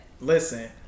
listen